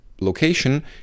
Location